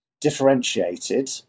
differentiated